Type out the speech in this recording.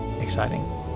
exciting